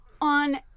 on